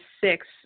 six